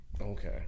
okay